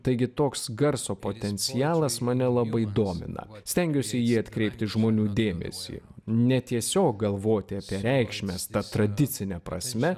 taigi toks garso potencialas mane labai domina stengiuosi į jį atkreipti žmonių dėmesį ne tiesiog galvoti apie reikšmes ta tradicine prasme